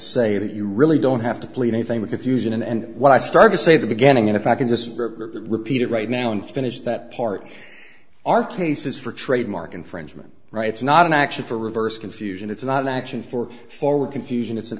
that you really don't have to plead anything with confusion and what i started to say the beginning if i can just repeat it right now and finish that part are cases for trademark infringement right it's not an action for reverse confusion it's not the action for forward confusion it's an